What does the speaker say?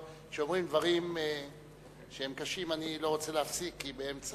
כשאומרים דברים שהם קשים אני לא רוצה להפסיק באמצע,